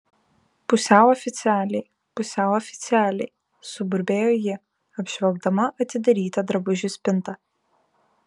pusiau oficialiai pusiau oficialiai suburbėjo ji apžvelgdama atidarytą drabužių spintą